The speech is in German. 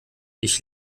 ich